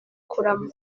kurama